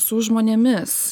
su žmonėmis